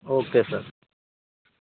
okay sir